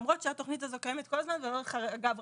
למרות שהתוכנית הזאת קיימת כל הזמן באופן רציף.